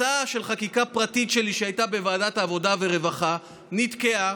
הצעה לחקיקה פרטית שלי שהייתה בוועדת העבודה והרווחה ונתקעה.